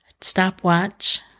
Stopwatch